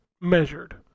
measured